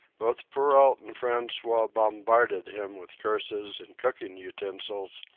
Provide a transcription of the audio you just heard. both perrault and francois bombarded him with curses and cooking utensils,